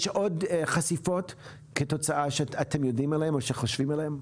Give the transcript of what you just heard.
יש עוד חשיפות שאתם יודעים עליהן או שחושבים עליהן?